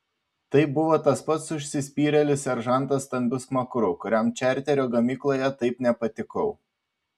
tai buvo tas pats užsispyrėlis seržantas stambiu smakru kuriam čarterio gamykloje taip nepatikau